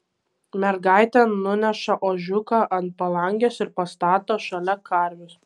mergaitė nuneša ožiuką ant palangės ir pastato šalia karvės